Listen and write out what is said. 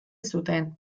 zuten